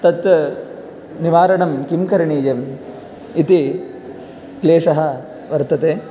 तत् निवारणं किं करणीयम् इति क्लेशः वतते